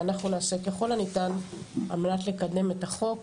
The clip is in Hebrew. ואנחנו נעשה ככל הניתן על מנת לקדם את החוק